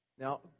Now